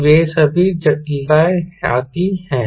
तो वे सभी जटिलताएँ आती हैं